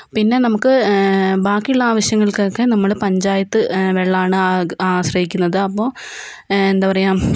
പിന്നെ നമുക്ക് ബാക്കിയുള്ള ആവശ്യങ്ങൾക്കൊക്കെ നമ്മള് പഞ്ചായത്ത് വെള്ളമാണ് ആശ്രയിക്കുന്നത് അതാകുമ്പോൾ എന്താ പറയുക